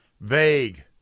vague